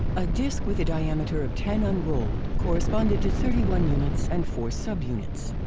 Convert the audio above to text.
a disc with a diameter of ten unrolled corresponded to thirty one units and four subunits.